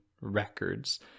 records